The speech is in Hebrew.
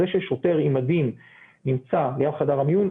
זה ששוטר עם מדים נמצא ליד חדר המיון,